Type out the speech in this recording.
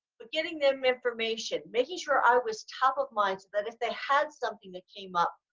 but getting them information, making sure i was top-of-mind so that if they had something that came up.